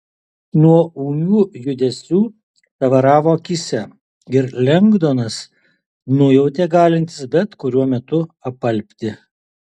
nuo ūmių judesių tavaravo akyse ir lengdonas nujautė galintis bet kuriuo metu apalpti